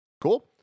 Cool